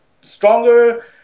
Stronger